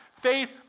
Faith